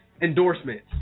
Endorsements